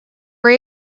are